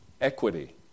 Equity